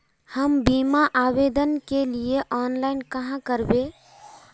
हम बीमा आवेदान के लिए ऑनलाइन कहाँ करबे?